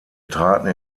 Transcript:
traten